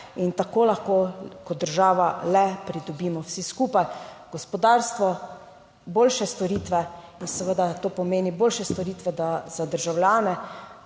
In tako lahko kot država le pridobimo vsi skupaj, gospodarstvo, boljše storitve in seveda to pomeni boljše storitve za državljane.